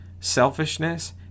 selfishness